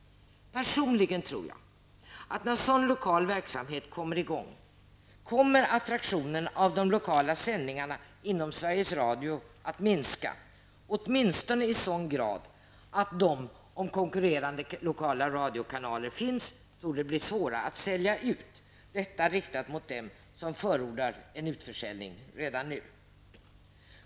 Personligen tror jag att när sådan lokal verksamhet kommer i gång kommer attraktionen av de lokala sändningarna inom Sveriges Radio att minska, åtminstone i sådan grad att de, om konkurrerande lokala radiokanaler finns, borde bli svåra att sälja ut. Detta är riktat mot dem som förordar en utförsäljning redan nu.